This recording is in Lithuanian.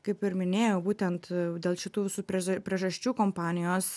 kaip ir minėjau būtent dėl šitų visų prieza priežasčių kompanijos